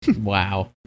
Wow